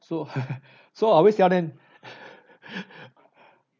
so so I always tell them